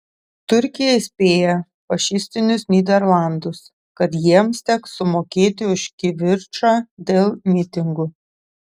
turkija įspėja fašistinius nyderlandus kad jiems teks sumokėti už kivirčą dėl mitingų